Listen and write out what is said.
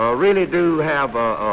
ah really do have a